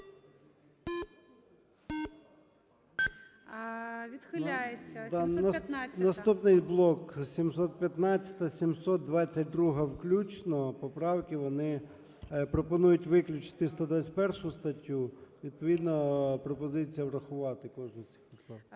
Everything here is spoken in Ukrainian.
ЧЕРНЕНКО О.М. Наступний блок, 715 – 722 включно, поправки, вони пропонують виключити 121 статтю. Відповідно пропозиція врахувати кожну з цих поправок.